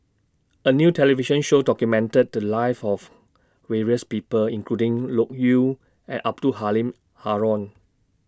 A New television Show documented The Lives of various People including Loke Yew and Abdul Halim Haron